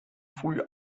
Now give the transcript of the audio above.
früh